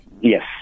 Yes